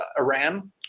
Iran